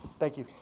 thank you.